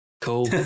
Cool